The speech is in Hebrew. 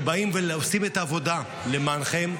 שבאים ועושים את העבודה למענכם,